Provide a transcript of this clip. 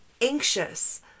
anxious